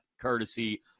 courtesy